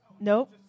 Nope